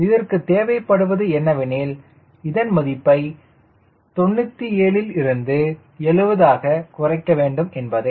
இதற்கு தேவைப்படுவது என்னவெனில் இதன் மதிப்பை 97 லிருந்து 70 ஆக குறைக்க வேண்டும் என்பதே